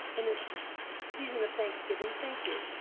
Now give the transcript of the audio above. and it's season of thanksgiving, thank you.